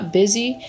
busy